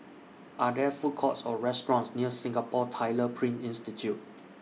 Are There Food Courts Or restaurants near Singapore Tyler Print Institute